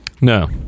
no